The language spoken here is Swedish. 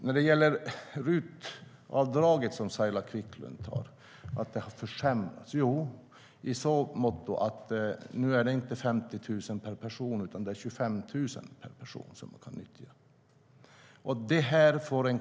Saila Quicklund tar upp RUT-avdraget och att det har försämrats. Ja, i så måtto att det nu inte är 50 000 per person utan 25 000 per person som kan nyttjas.